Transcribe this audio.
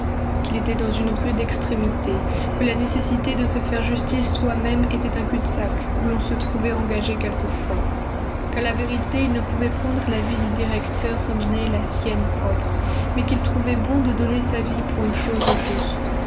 qu'il était dans une rude extrémité que la nécessité de se faire justice soi-même était un cul-de-sac où l'on se trouvait engagé quelquefois qu'à la vérité il ne pouvait prendre la vie du directeur sans donner la sienne propre mais qu'il trouvait bon de donner sa vie pour une chose juste